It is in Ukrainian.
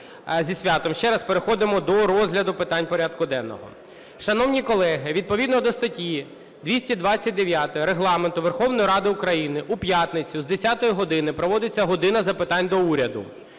Зі святом ще раз. Переходимо до розгляду питань порядку денного. Шановні колеги, відповідно до статті 229 Регламенту Верховної Ради України у п'ятницю з 10 години проводиться "година запитань до Уряду".